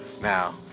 Now